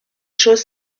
chose